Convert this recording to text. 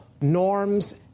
norms